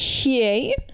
Okay